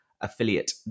affiliate